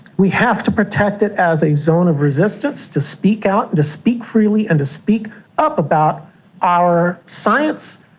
we have to protect it as a zone of resistance, to speak out, to speak freely and to speak up about our science,